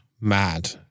mad